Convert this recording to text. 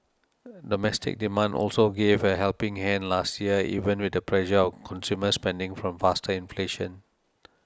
domestic demand also gave a helping hand last year even with the pressure on consumer spending from faster inflation